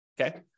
okay